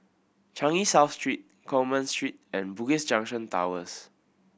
Changi South Street Coleman Street and Bugis Junction Towers